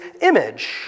image